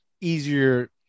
easier